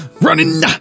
running